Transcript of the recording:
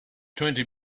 twenty